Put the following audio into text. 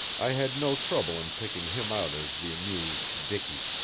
i had no trouble in picking him out as the amused dicky.